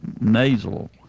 nasal